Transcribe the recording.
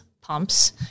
pumps